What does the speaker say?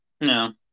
No